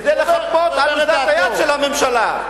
כדי לחפות על אוזלת היד של הממשלה,